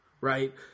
right